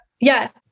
Yes